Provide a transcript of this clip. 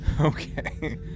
Okay